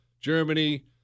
Germany